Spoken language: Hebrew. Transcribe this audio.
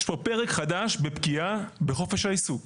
יש פה פרק חדש בפגיעה בחופש העיסוק.